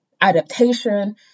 adaptation